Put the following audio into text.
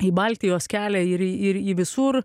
į baltijos kelią ir ir į visur